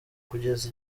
kugeza